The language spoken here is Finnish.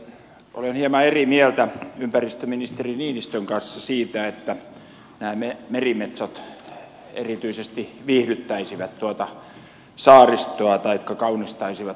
olen hieman eri mieltä ympäristöministeri niinistön kanssa siitä että nämä merimetsot erityisesti viihdyttäisivät tuota saaristoa taikka kaunistaisivat sitä maisemaa